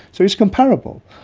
so it's comparable.